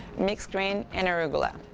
mixed greens and arugula.